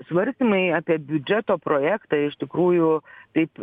svarstymai apie biudžeto projektą iš tikrųjų taip